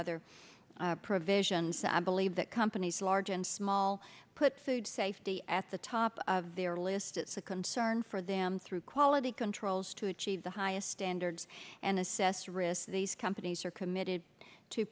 other provisions i believe that companies large and small put food safety at the top of their list it's a concern for them through quality controls to achieve the highest standards and assess risk these companies are committed to